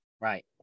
Right